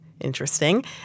Interesting